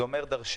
זה אומר דרשני.